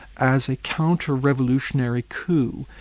as a counter-revolutionary coup.